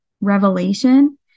revelation